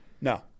No